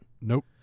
Nope